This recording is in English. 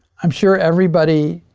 i'm sure everybody,